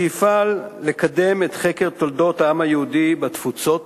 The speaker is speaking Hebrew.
שיפעל לקדם את חקר תולדות העם היהודי בתפוצות,